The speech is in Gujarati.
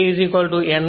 a n 1 n two છે